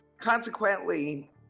consequently